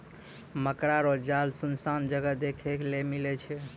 मकड़ा रो जाल सुनसान जगह देखै ले मिलै छै